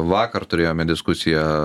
vakar turėjome diskusiją